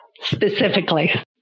specifically